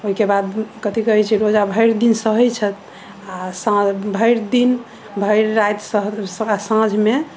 ओहि के बाद कथि कहै छै रोजा भरि दिन सहै छथि आ साँझ भरि दिन भरि राति सह सह साँझ मे